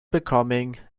becoming